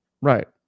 Right